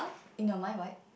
in your mind what